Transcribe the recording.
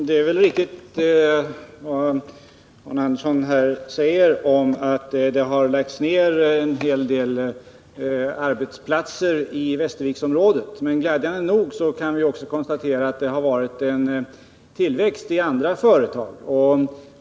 Herr talman! Vad Arne Andersson i Gamleby här säger om att en hel del arbetsplatser har lagts ner i Västerviksområdet är riktigt, men glädjande nog kan vi också konstatera att det har varit tillväxt i andra företag.